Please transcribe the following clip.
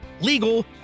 legal